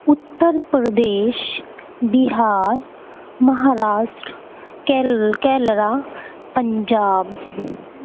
Uttar Pradesh Bihar Maharashtra Kerala Punjab